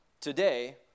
today